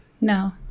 no